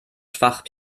schwach